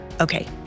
Okay